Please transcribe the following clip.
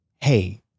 hey